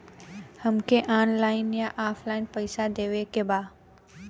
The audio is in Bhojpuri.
हमके ऑनलाइन या ऑफलाइन पैसा देवे के बा?